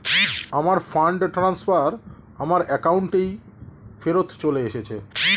আমার fund transfer আমার অ্যাকাউন্টেই ফেরত চলে এসেছে